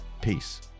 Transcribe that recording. Peace